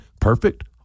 perfect